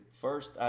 First